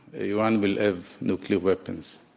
iran will have nuclear weapons.